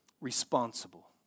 responsible